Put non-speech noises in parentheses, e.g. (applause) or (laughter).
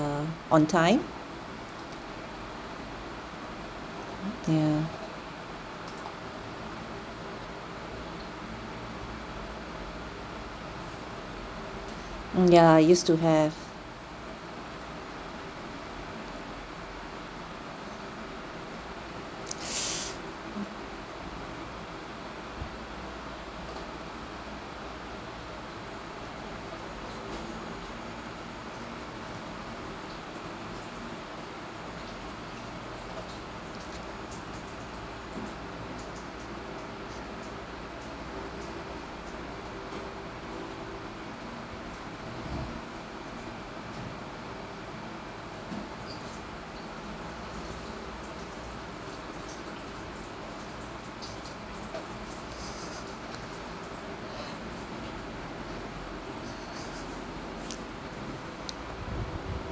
on time ya mm ya used to have (breath)